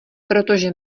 protože